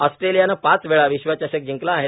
ऑस्ट्रेलियानं पाच वेळा विश्वचषक जिंकला आहे